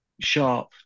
sharp